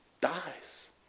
dies